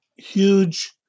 huge